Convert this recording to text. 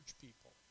people